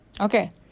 okay